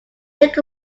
take